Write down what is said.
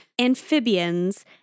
amphibians